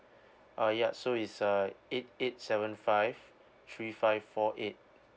uh yeah so it's a eight eight seven five three five four eight